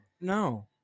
No